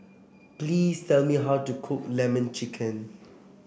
please tell me how to cook lemon chicken